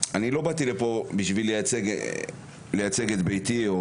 באתי לפה בשביל לייצג את ביתי.